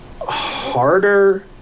harder